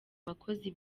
abakozi